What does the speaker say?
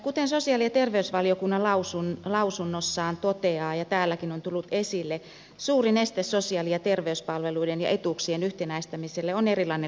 kuten sosiaali ja terveysvaliokunta lausunnossaan toteaa ja täälläkin on tullut esille suurin este sosiaali ja terveyspalveluiden ja etuuksien yhtenäistämiselle on erilainen lainsäädäntö